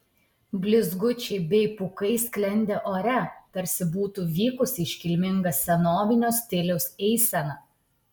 blizgučiai bei pūkai sklendė ore tarsi būtų vykusi iškilminga senovinio stiliaus eisena